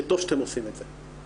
שטוב שאתם עושים את זה.